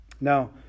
Now